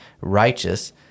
righteous